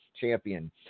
champion